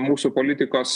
mūsų politikos